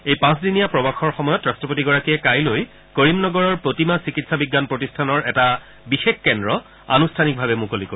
এই পাঁচদিনীয়া প্ৰৱাসৰ সময়ত ৰাট্টপতিগৰাকীয়ে কাইলৈ কৰিম নগৰৰ প্ৰতিমা চিকিৎসা বিজ্ঞান প্ৰতিষ্ঠানৰ এটা বিশেষ কেন্দ্ৰ আনুষ্ঠানিকভাৱে মুকলি কৰিব